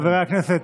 מה אתם, האופוזיציה,